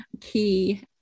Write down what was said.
key